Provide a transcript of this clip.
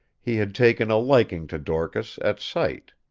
he had taken a liking to dorcas, at sight.